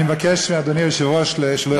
אני מבקש מאדוני היושב-ראש שלא יפריעו לי.